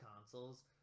consoles